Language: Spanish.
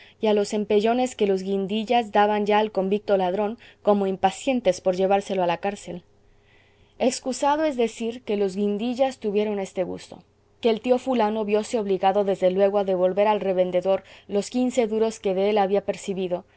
a los empellones que los guindillas daban ya al convicto ladrón como impacientes por llevárselo a la cárcel excusado es decir que los guindillas tuvieron este gusto que el tío fulano vióse obligado desde luego a devolver al revendedor los quince duros que de él había percibido